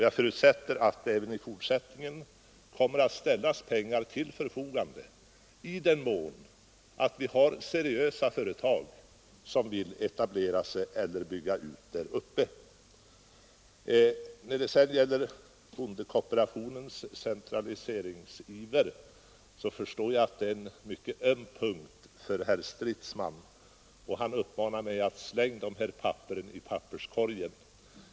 Jag förutsätter att det även i fortsättningen kommer att ställas pengar till förfogande i den mån seriösa företag vill etablera sig eller bygga ut här uppe. När det sedan gäller bondekooperationens centraliseringsiver förstår jag att det är en mycket öm punkt för herr Stridsman. Han uppmanar mig att slänga dessa papper i papperskorgen.